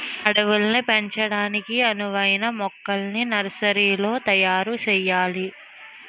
అడవుల్ని పెంచడానికి అనువైన మొక్కల్ని నర్సరీలో తయారు సెయ్యాలి